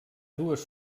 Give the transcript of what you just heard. dues